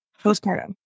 Postpartum